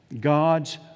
God's